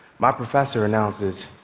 my professor announces,